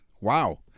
Wow